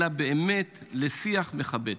אלא באמת לשיח מכבד.